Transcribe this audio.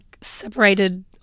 separated